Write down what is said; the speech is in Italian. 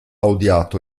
odiato